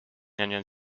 ernähren